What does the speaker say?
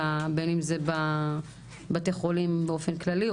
בין אם זה בבתי חולים באופן כללי,